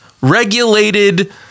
regulated